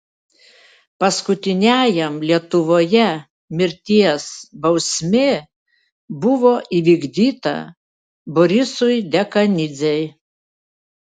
paskutiniajam lietuvoje mirties bausmė buvo įvykdyta borisui dekanidzei